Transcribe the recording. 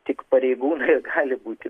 tik pareigūnai gali būti